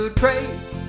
trace